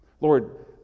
Lord